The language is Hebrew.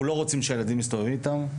לא רוצים שהילדים שלנו יסתובבו איתם.